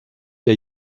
der